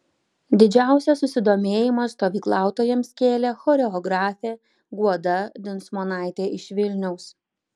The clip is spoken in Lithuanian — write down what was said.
didžiausią susidomėjimą stovyklautojams kėlė choreografė guoda dinsmonaitė iš vilniaus